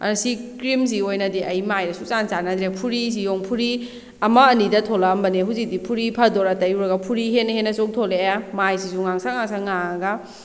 ꯑꯗꯨꯅ ꯁꯤ ꯀ꯭ꯔꯤꯝꯁꯤꯒꯤ ꯑꯣꯏꯅꯗꯤ ꯑꯩ ꯃꯥꯏꯗ ꯁꯨꯡꯆꯥꯟ ꯆꯥꯟꯅꯗ꯭ꯔꯦ ꯐꯨꯔꯤꯁꯤ ꯌꯦꯡꯉꯣ ꯐꯨꯔꯤ ꯑꯃ ꯑꯅꯤꯗ ꯊꯣꯛꯂꯛꯑꯝꯕꯅꯦ ꯍꯧꯖꯤꯛꯇꯤ ꯐꯨꯔꯤ ꯐꯗꯣꯏꯔꯥ ꯇꯩꯔꯨꯔꯒ ꯐꯨꯔꯤ ꯍꯦꯟꯅ ꯍꯦꯟꯅ ꯆꯣꯡꯊꯣꯂꯛꯑꯦ ꯃꯥꯏꯁꯤꯁꯨ ꯉꯥꯡꯁꯪ ꯉꯥꯡꯁꯪ ꯉꯥꯡꯉꯒ